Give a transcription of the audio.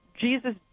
Jesus